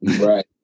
Right